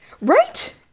Right